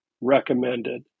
recommended